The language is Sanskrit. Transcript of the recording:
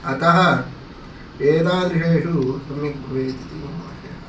अतः एतादृशेषु सम्यक् भवेत् इति मम आशयः